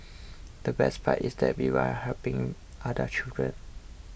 the best part is that we were helping other children